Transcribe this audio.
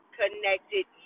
connected